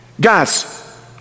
Guys